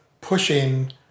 pushing